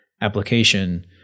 application